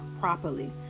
properly